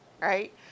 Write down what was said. right